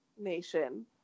Nation